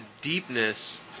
deepness